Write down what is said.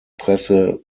presse